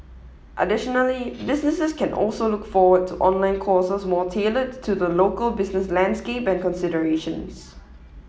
additionally businesses can also look forward to online courses more tailored to the local business landscape and considerations